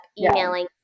emailing